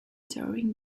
touring